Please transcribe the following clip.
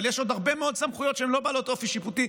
אבל יש עוד הרבה מאוד סמכויות שהן לא בעלות אופי שיפוטי,